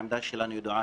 העמדה שלנו ידועה,